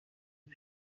iri